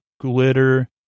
glitter